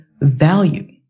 value